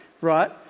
right